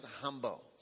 humble